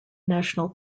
national